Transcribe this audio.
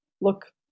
Look